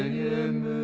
in